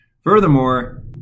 Furthermore